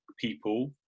people